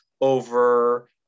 over